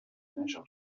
major